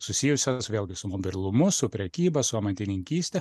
susijusias vėlgi su mobilumu su prekyba su amatininkyste